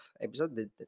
episode